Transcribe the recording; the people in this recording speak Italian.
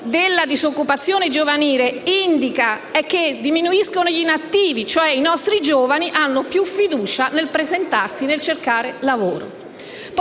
della disoccupazione giovanile indica la diminuzione degli inattivi. I nostri giovani, cioè, hanno più fiducia nel presentarsi e nel cercare lavoro.